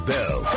Bell